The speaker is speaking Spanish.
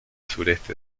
sureste